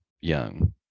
young